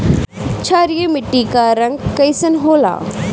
क्षारीय मीट्टी क रंग कइसन होला?